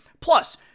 plus